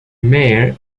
mare